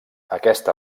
aquest